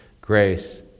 grace